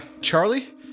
Charlie